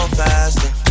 faster